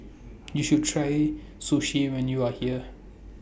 YOU should Try Sushi when YOU Are here